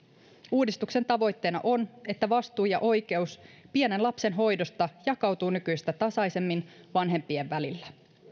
uudistuksen tavoitteena on että vastuu ja oikeus pienen lapsen hoidosta jakautuu nykyistä tasaisemmin vanhempien välillä